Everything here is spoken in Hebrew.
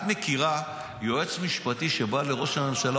את מכירה יועץ משפטי שבא לראש הממשלה,